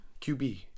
QB